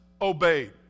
obeyed